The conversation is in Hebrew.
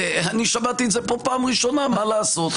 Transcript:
אני שמעתי את זה פה בפעם הראשונה, מה לעשות.